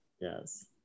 Yes